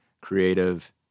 creative